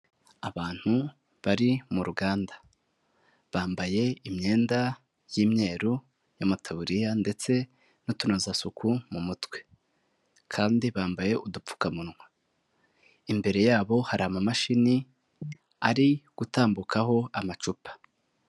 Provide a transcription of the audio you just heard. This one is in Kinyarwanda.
Abantu bari mu ruganda, bambaye imyenda y'imyeru ya mataburiya, ndetse n'utunozasuku mu mutwe, kandi bambaye udupfukamunwa, imbere yabo hari amamashini ari gutambukaho amacupa.